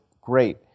great